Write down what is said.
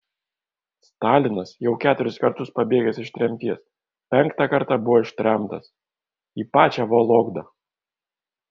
stalinas jau keturis kartus pabėgęs iš tremties penktą kartą buvo ištremtas į pačią vologdą